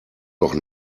doch